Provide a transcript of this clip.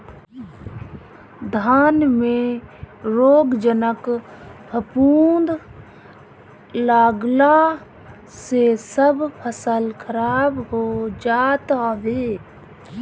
धान में रोगजनक फफूंद लागला से सब फसल खराब हो जात हवे